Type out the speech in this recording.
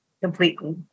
Completely